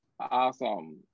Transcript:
Awesome